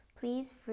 please